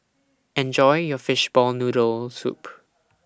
Enjoy your Fishball Noodle Soup